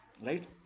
right